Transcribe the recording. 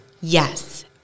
Yes